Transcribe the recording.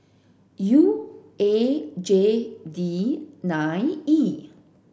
U A J D nine E